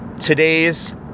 today's